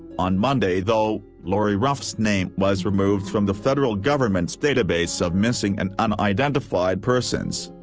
on monday though, lori ruff's name was removed from the federal government's database of missing and unidentified persons.